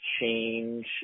change